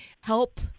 help